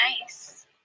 nice